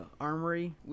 armory